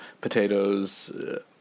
potatoes